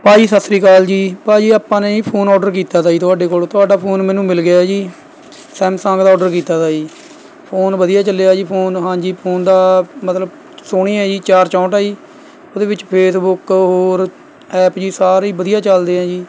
ਭਾਅ ਜੀ ਸਤਿ ਸ਼੍ਰੀ ਅਕਾਲ ਜੀ ਭਾਅ ਜੀ ਆਪਾਂ ਨੇ ਜੀ ਫੋਨ ਓਡਰ ਕੀਤਾ ਤਾ ਜੀ ਤੁਹਾਡੇ ਕੋਲ਼ ਤੁਹਾਡਾ ਫੋਨ ਮੈਨੂੰ ਮਿਲ ਗਿਆ ਏ ਜੀ ਸੈਮਸੰਗ ਦਾ ਓਡਰ ਕੀਤਾ ਤਾ ਜੀ ਫੋਨ ਵਧੀਆ ਚੱਲਿਆ ਜੀ ਫੋਨ ਹਾਂਜੀ ਫੋਨ ਦਾ ਮਤਲਬ ਸੋਹਣੀ ਹੈ ਜੀ ਚਾਰ ਚੋਂਹਟ ਆ ਜੀ ਉਹਦੇ ਵਿੱਚ ਫੇਸਬੁੱਕ ਹੋਰ ਐਪ ਜੀ ਸਾਰੇ ਵਧੀਆ ਚੱਲਦੇ ਆ ਜੀ